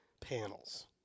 panels